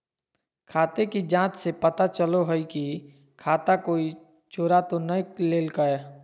खाते की जाँच से पता चलो हइ की खाता कोई चोरा तो नय लेलकय